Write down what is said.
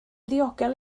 ddiogel